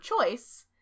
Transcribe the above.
choice